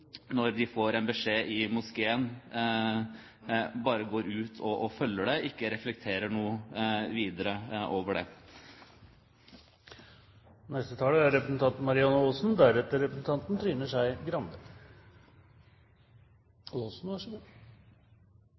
når de får en beskjed i moskeen, bare går ut og følger den, og ikke reflekterer noe videre over det. Noen kommentarer først til utfordringer Arbeiderpartiet har fått: Kirkeforliket er